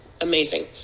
amazing